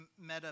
meta